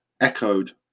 echoed